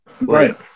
right